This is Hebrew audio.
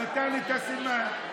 נתן לי את הסימן.